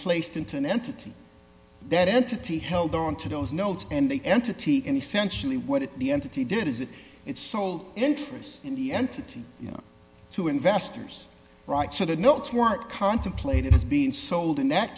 placed into an entity that entity held onto those notes and the entity in essentially what the entity did is it its sole interest in the entity to investors right so that notes weren't contemplated has been sold in that